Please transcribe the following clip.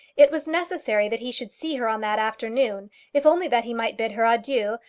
it was necessary that he should see her on that afternoon, if only that he might bid her adieu,